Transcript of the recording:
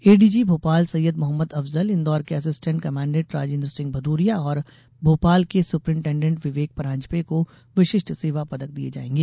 ADG Bhopal Syed Mohammad Afzal Indore के assistant commandant Rajendra Singh Bhadoria और भोपाल के सुप्रिंटेंडेंट विवेक परांजपे को विशिष्ट सेवा पदक दिये जायेंगे